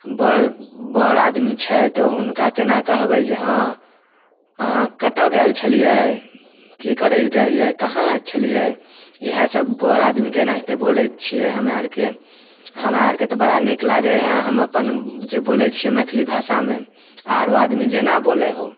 बड़ बड़ आदमी छै तऽ हुनका केना कहबय जे हँ अहाँ कतौ गेल छलियै की करय रहियै कहाँ छलियै इएह सभ बड़ आदमीके एनाहिते बोलय छियै हमरा अरके हमरा अरके हमरा अरके तऽ बड़ा नीक लागय हइ हम अपन जे बोलय छियै मैथिली भाषामे आरो आदमी जेना बोलय हो